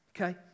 Okay